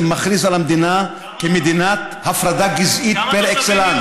מכריז על המדינה כמדינת הפרדה גזעית פר אקסלנס.